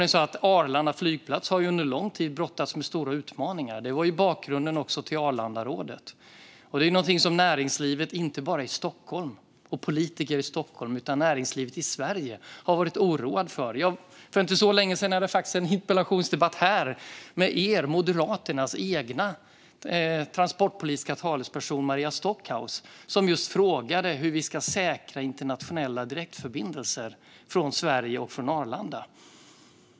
Arlanda flygplats har under lång tid brottats med stora utmaningar. Det var ju bakgrunden till Arlandarådet. Det är något som näringslivet och politikerna inte bara i Stockholm utan också i Sverige har varit oroade för. För inte så länge sedan hade jag en interpellationsdebatt med Moderaternas transportpolitiska talesperson Maria Stockhaus. Hon frågade hur vi ska säkra internationella direktförbindelser från Sverige och från Arlanda.